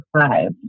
five